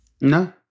No